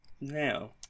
now